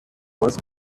must